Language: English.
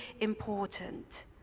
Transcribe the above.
important